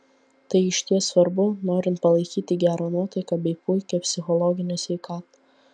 tai išties svarbu norint palaikyti gerą nuotaiką bei puikią psichologinę sveikatą